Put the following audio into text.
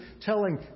telling